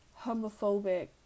homophobic